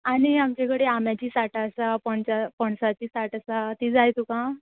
आनी आमचे कडेन आब्याचीं साठां आसा पणसा पणसाचीं साठ आसा तीं जाय तुका